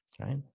right